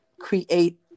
create